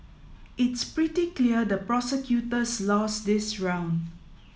it's pretty clear the prosecutors lost this round